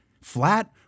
flat